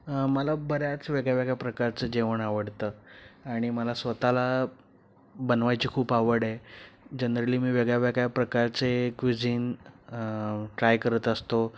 मला बऱ्याच वेगळ्यावेगळ्या प्रकारचं जेवण आवडतं आणि मला स्वतःला बनवायची खूप आवड आहे जनरली मी वेगळ्यावेगळ्या प्रकारचे क्विझिन ट्राय करत असतो